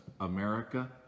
America